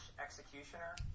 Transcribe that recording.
Executioner